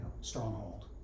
stronghold